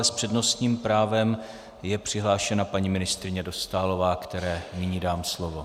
Ale s přednostním právem je přihlášena paní ministryně Dostálová, které nyní dám slovo.